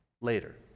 later